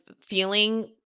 feeling